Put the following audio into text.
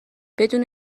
بدون